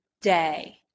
day